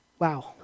Wow